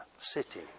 city